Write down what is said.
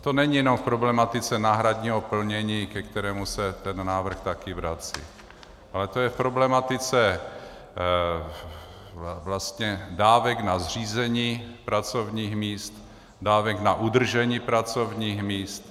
A to není jenom v problematice náhradního plnění, ke kterému se ten návrh také vrací, ale je to v problematice dávek na zřízení pracovních míst, dávek na udržení pracovních míst.